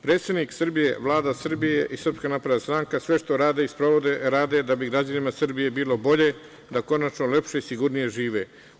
Predsednik Srbije, Vlada Srbije i SNS sve što rade i sprovode rade da bi građanima Srbije bilo bolje, da konačno lepše i sigurnije žive.